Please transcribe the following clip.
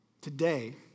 Today